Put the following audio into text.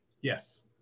Yes